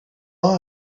all